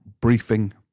Briefing